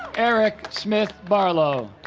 erik smith barlowe